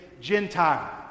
gentile